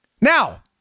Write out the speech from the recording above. Now